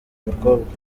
umukobwa